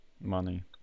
money